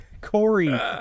Corey